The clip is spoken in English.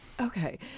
Okay